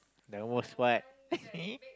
the most what